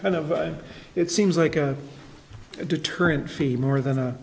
kind of but it seems like a deterrent fee more than